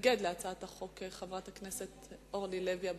תתנגד להצעת החוק חברת הכנסת אורלי לוי אבקסיס.